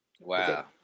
Wow